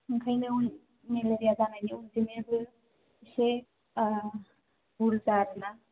ओंखायनो मेलेरिया जानायनि अनजिमायाबो एसे बारा बुरजा आरो ना